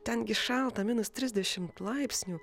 ten gi šalta minus trisdešimt laipsnių